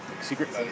secret